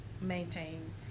maintain